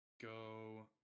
go